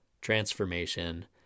transformation